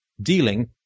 dealing